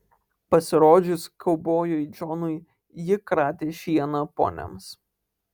pasirodžius kaubojui džonui ji kratė šieną poniams